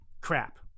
crap